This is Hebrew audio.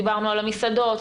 דיברנו על המסעדות,